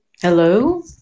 Hello